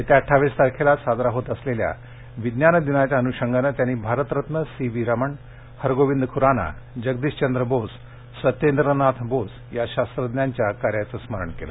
येत्या अठ्ठावीस तारखेला साजरा होत असलेल्या विज्ञान दिनाच्या अनुषंगानं त्यांनी भारतरत्न सी व्ही रमण हरगोविंद ख्राना जगदीशचंद्र बोस सत्येंद्रनाथ बोस या शास्त्रज्ञांच्या कार्याचं स्मरण केलं